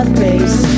face